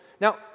Now